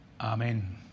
Amen